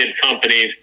companies